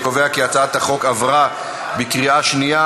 אני קובע כי הצעת החוק עברה בקריאה שנייה.